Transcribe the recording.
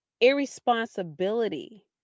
irresponsibility